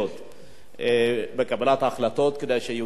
בקבלת ההחלטות כדי שיהודי אתיופיה יעלו לארץ.